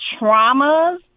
traumas